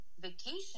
vacation